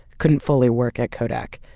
couldn't' fully work at kodak.